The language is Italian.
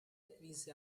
vinse